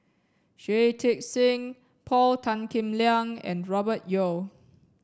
Shui Tit Sing Paul Tan Kim Liang and Robert Yeo